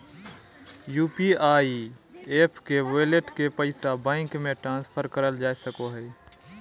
UPI app के wallet के पैसा बैंक मे ट्रांसफर करल जा सको हय